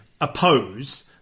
oppose